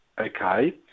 okay